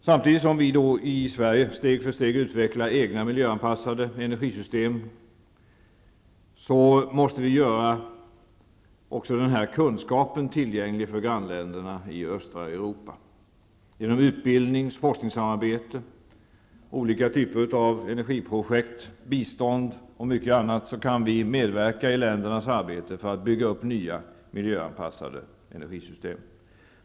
Samtidigt som vi i Sverige steg för steg utvecklar egna miljöanpassade energisystem måste vi också göra den här kunskapen tillgänglig för grannländerna i östra Europa. Genom utbildningsoch forskningssamarbete, olika typer av energiprojekt, bistånd och mycket annat kan vi medverka i ländernas arbete för att bygga upp nya miljöanpassade energisystem.